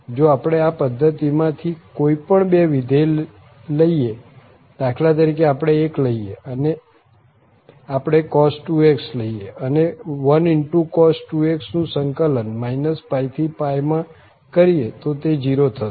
જો આપણે આ પધ્ધતિમાં થી કોઈ પણ બે વિધેય લઈએ દાખલા તરીકે આપણે 1 લઈએ આપણે cos 2x લઈએ અને 1×cos 2x નું સંકલન -π થી માં કરીએ તો તે 0 થશે